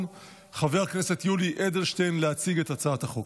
חבר הכנסת יולי אדלשטיין להציג את הצעת החוק.